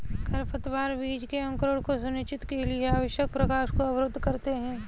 खरपतवार बीज के अंकुरण को सुनिश्चित के लिए आवश्यक प्रकाश को अवरुद्ध करते है